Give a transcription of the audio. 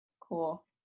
cool